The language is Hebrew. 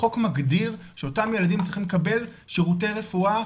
החוק מגדיר שאותם ילדים צריכים לקבל שירותי רופאה,